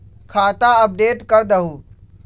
खाता अपडेट करदहु?